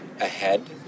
ahead